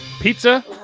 Pizza